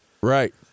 Right